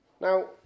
Now